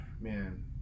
man